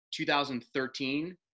2013